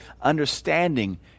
understanding